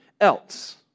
else